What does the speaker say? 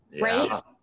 right